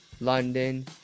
London